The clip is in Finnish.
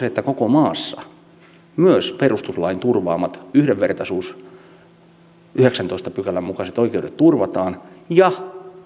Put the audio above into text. että koko maassa toteutuisi perustuslain turvaama yhdenvertaisuus yhdeksännentoista pykälän mukaiset oikeudet turvataan ja